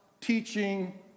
teaching